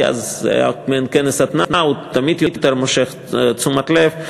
כי כנס התנעה תמיד יותר מושך תשומת לב,